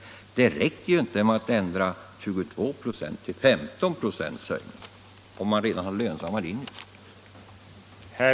Det räcker ju inte med att ändra en taxehöjning på 22 ?64 till 15 6, om man redan har lönsamma linjer.